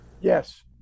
Yes